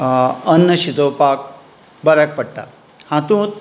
अन्न शिजोवपाक बऱ्याक पडटा हातूंत